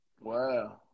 Wow